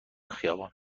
خیابان